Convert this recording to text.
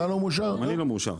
אני לא מאושר.